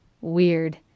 Weird